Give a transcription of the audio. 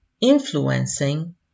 influencing